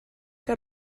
que